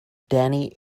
danny